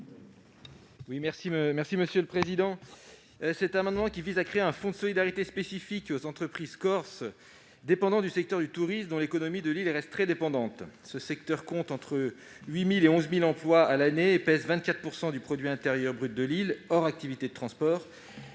Guillaume Gontard. Cet amendement vise à créer un fonds de solidarité spécifique aux entreprises corses liées au secteur du tourisme, car l'économie de l'île en dépend. Ce secteur compte entre 8 000 et 11 000 emplois à l'année et pèse 24 % du produit intérieur brut de l'île, hors activité de transport.